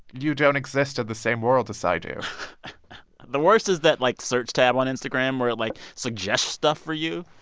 you don't exist in the same world as i do the worst is that, like, search tab on instagram where it, like, suggests stuff for you.